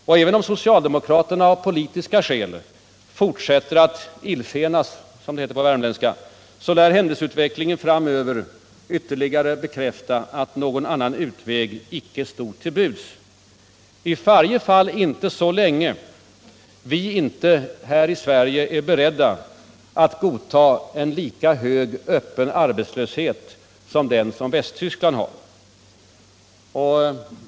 Och även om socialdemokraterna av politiska skäl fortsätter att illfänas — som det heter på värmländska — lär händelseutvecklingen framöver ytterligare bekräfta att någon annan utväg icke stod till buds, i varje fall inte så länge vi inte här i Sverige är redo att godta en lika hög öppen arbetslöshet som den som Västtyskland har.